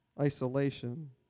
Isolation